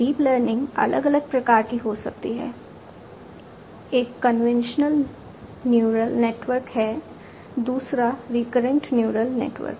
deep learning अलग अलग प्रकार की हो सकती है एक कन्वॉल्यूशनल न्यूरल नेटवर्क है दूसरा रिकरेंट न्यूरल नेटवर्क